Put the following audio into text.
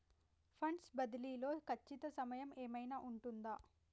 Funds బదిలీ లో ఖచ్చిత సమయం ఏమైనా ఉంటుందా?